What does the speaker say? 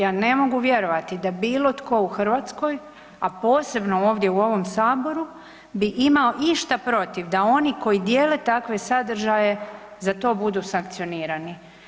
Ja ne mogu vjerovati da bilo tko u Hrvatskoj, a posebno ovdje u ovom saboru bi imao išta protiv da oni koji dijele takve sadržaje za to budu sankcionirani.